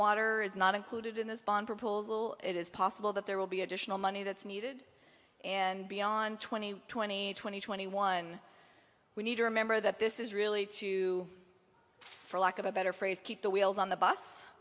water is not included in this bond proposal it is possible that there will be additional money that's needed and beyond twenty twenty twenty twenty one we need to remember that this is really to for lack of a better phrase keep the wheels on the bus